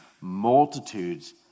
multitudes